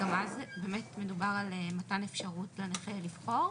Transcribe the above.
גם אז באמת מדובר על מתן אפשרות לנכה לבחור?